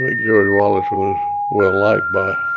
like george wallace was well liked by